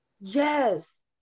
yes